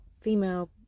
female